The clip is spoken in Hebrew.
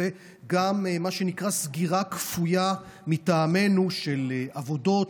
גם מה שנקרא סגירה כפויה מטעמנו של עבודות,